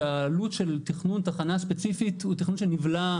שהעלות של תכנון תחנה ספציפית הוא תכנון שנבלע,